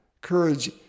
Courage